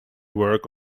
work